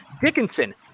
Dickinson